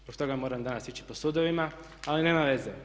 Zbog toga moram danas ići po sudovima, ali nema veze.